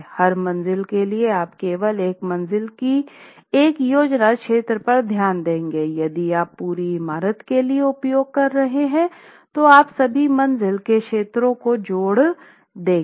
हर मंजिल के लिए आप केवल एक मंजिल की एक योजना क्षेत्र पर ध्यान देंगे यदि आप पूरी इमारत के लिए उपयोग कर रहे हैं तो आप सभी मंजिल के क्षेत्रों को जोड़ देंगे